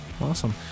Awesome